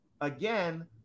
again